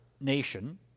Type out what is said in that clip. nation